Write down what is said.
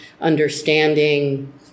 understanding